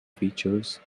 features